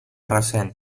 recent